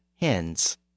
hens